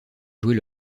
jouer